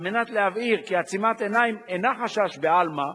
מנת להבהיר כי עצימת עיניים אינה חשש בעלמא,